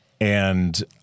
and-